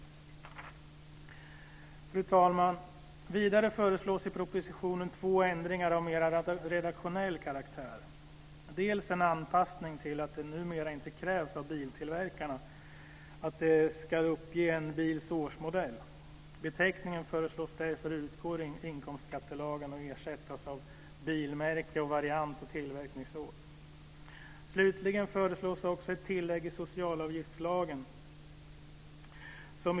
Fru talman! Vidare föreslås i propositionen två ändringar av mer redaktionell karaktär. Den första är en anpassning till att det numera inte krävs av biltillverkarna att de ska uppge en bils årsmodell. Beteckningen föreslås därför utgå ur inkomstskattelagen och ersättas av bilmärke, variant och tillverkningsår. Slutligen föreslås också ett tillägg i socialavgiftslagen.